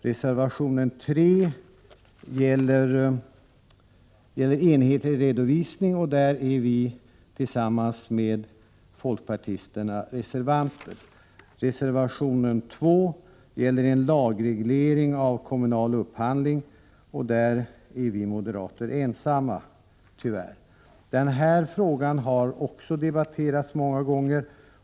Reservation 3 gäller enhetlig redovisning. Vi är där reservanter tillsammans med folkpartisterna. Reservation 2 gäller lagreglering av kommunal upphandling. I den reservationen är vi moderater tyvärr ensamma. Även denna fråga har debatterats många gånger.